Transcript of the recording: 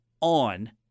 on